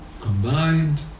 combined